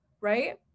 right